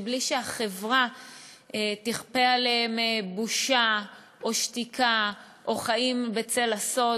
בלי שהחברה תכפה עליהם בושה או שתיקה או חיים בצל הסוד.